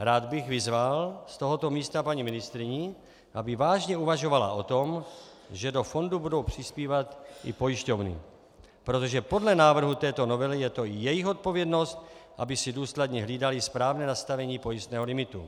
Rád bych vyzval z tohoto místa paní ministryni, aby vážně uvažovala o tom, že do fondu budou přispívat i pojišťovny, protože podle návrhu této novely je to jejich odpovědnost, aby si důsledně hlídaly správné nastavení pojistného limitu.